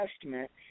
Testament